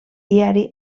diari